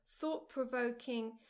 thought-provoking